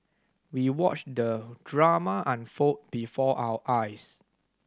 we watched the drama unfold before our eyes